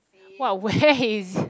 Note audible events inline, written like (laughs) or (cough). what a waste (laughs)